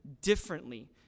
differently